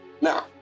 now